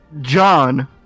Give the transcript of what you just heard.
John